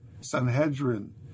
Sanhedrin